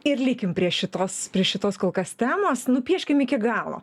ir likim prie šitos prie šitos kol kas temos nupieškim iki galo